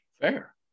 Fair